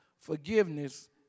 forgiveness